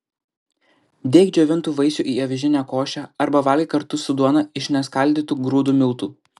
dėk džiovintų vaisių į avižinę košę arba valgyk kartu su duona iš neskaldytų grūdų miltų